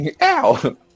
Ow